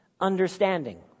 understanding